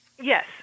Yes